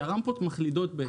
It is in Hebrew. שהרמפות מחלידות.